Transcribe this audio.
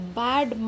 bad